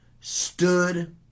stood